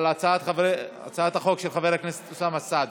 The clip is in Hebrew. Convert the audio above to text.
על הצעת החוק של חבר הכנסת אוסאמה סעדי.